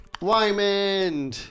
Wyman